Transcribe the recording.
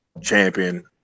champion